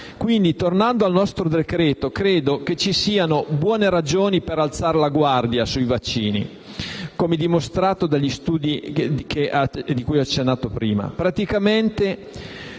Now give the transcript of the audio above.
Tornando al decreto-legge, credo ci siano buone ragioni per alzare la guardia sui vaccini, come dimostrato dagli studi cui ho accennato. Praticamente